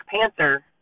Panther